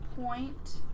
point